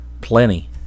Plenty